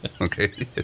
Okay